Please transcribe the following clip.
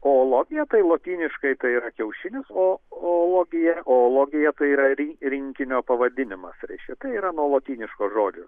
oologija tai lotyniškai tai yra kiaušinius oologija o oologija tai yra rinkinio pavadinimas reiškia tai yra nuo lotyniško žodžio